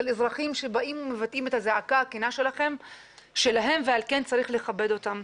של אזרחים שבאים ומבטאים את הזעקה הכנה שלהם ועל כן צריך לכבד אותם.